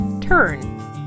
turn